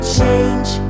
change